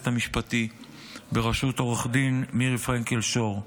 המשפטי בראשות עו"ד מירי פרנקל שור,